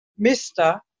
Mr